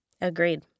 Agreed